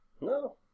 No